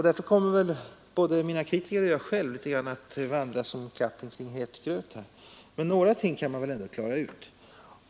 Därför kommer väl både mina kritiker och jag själv att vandra som katten kring het gröt här. Men några ting kan man väl ändå klara ut.